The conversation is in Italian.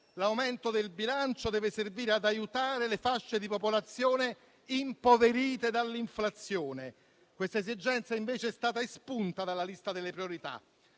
L'aumento del bilancio deve servire ad aiutare le fasce di popolazione impoverite dall'inflazione. Questa esigenza, invece, è stata espunta dalla lista delle priorità